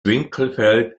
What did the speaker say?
winkelfeld